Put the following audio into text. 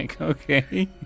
okay